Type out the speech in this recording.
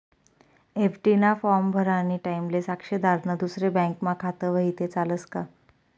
FD ना form भरानी टाईमले साक्षीदारनं दुसरी बँकमा खातं व्हयी ते चालस का